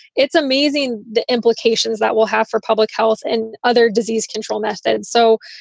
it's amazing the implications that we'll have for public health and other disease control methods. so,